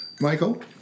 Michael